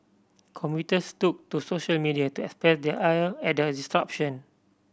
commuters took to social media to express their ire at the disruption